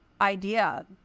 idea